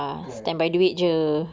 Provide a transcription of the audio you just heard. kan